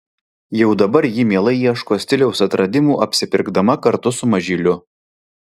jau dabar ji mielai ieško stiliaus atradimų apsipirkdama kartu su mažyliu